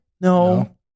No